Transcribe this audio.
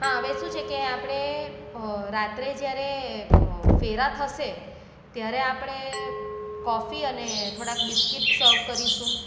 હા હવે શું છે કે આપણે રાત્રે જ્યારે ફેરા થશે ત્યારે આપણે કોફી અને થોડાંક બિસ્કિટ સર્વ કરીશું